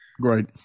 Great